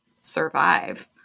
survive